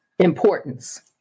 importance